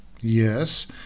Yes